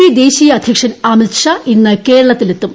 P ദേശീയ അധ്യക്ഷൻ അമിത് ഷാ ഇന്ന് കേരളത്തിലെത്തും